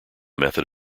method